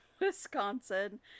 Wisconsin